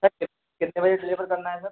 sir कितने बजे deliver करना है सर